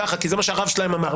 ככה, כי זה מה שהרב שלהם אמר.